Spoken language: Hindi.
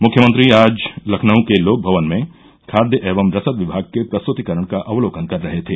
मुख्यमंत्री आज लखनऊ के लोकमवन में खाद्य एवं रसद विमाग के प्रस्तृतिकरण का अवलोकन कर रहे थे